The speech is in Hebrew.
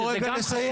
זה גם זכות.